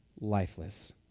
lifeless